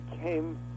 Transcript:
came